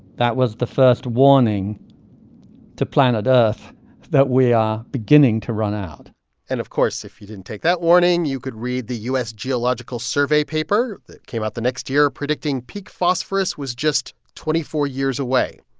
that was the first warning to planet earth that we are beginning to run out and of course if you didn't take that warning, you could read the u s. geological survey paper that came out the next year predicting peak phosphorous was just twenty four years away,